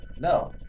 No